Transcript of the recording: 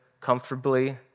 comfortably